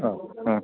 ആ ആ